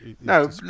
No